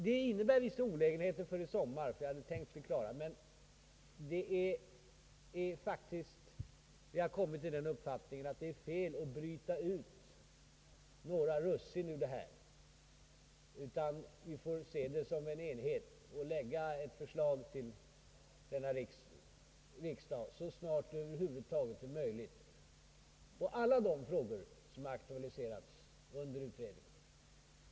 Det innebär vissa olägenheter i sommar som vi annars hade tänkt oss klara upp; men jag har kommit till den uppfattningen att det skulle vara fel att bryta ut några russin ur den stora ka kan. Vi måste se det som en enhet, och vi kommer att lägga fram ett förslag för riksdagen så snart det över huvud taget är möjligt, innefattande alla de frågor som aktualiserats under utredningen.